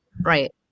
Right